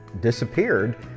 disappeared